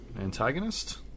antagonist